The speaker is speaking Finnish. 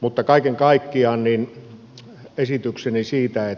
mutta kaiken kaikkiaan esitykseni siitä